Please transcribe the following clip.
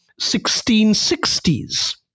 1660s